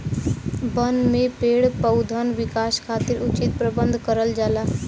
बन में पेड़ पउधन विकास खातिर उचित प्रबंध करल जाला